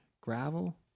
gravel